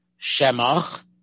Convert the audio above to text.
Shemach